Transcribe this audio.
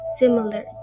similar